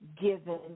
given